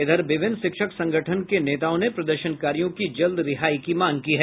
इधर विभिन्न शिक्षक संगठन के नेताओं ने प्रदर्शनकारियों की जल्द रिहाई की मांग की है